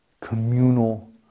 communal